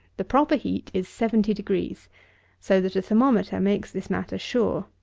the proper heat is seventy degrees so that a thermometer makes this matter sure.